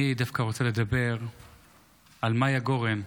אני דווקא רוצה לדבר על מיה גורן,